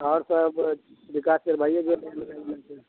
आओर सब विकास भइयै गेलै हइ